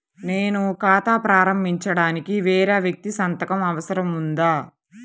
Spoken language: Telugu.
నేను ఖాతా ప్రారంభించటానికి వేరే వ్యక్తి సంతకం అవసరం ఉందా?